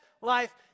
life